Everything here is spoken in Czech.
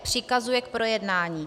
Přikazuje k projednání